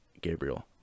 Gabriel